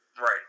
Right